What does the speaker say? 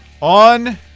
On